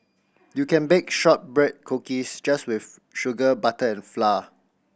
you can bake shortbread cookies just with sugar butter and flour